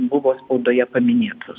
buvo spaudoje paminėtos